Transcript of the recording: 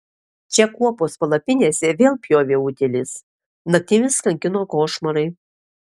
čia kuopos palapinėse vėl pjovė utėlės naktimis kankino košmarai